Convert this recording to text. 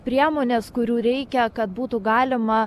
priemonės kurių reikia kad būtų galima